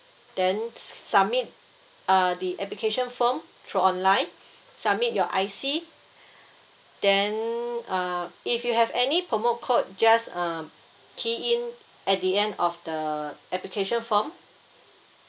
then submit the uh application form through online submit your I_C then uh if you have any promo code just um key in at the end of the application form